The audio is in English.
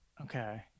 okay